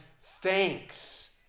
thanks